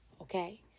Okay